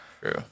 True